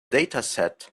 dataset